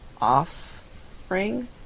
Off-ring